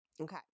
Okay